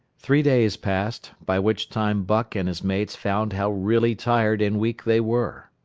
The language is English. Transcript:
three days passed, by which time buck and his mates found how really tired and weak they were.